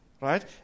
Right